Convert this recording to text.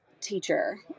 teacher